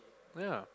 yea